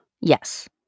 Yes